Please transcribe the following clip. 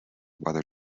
weather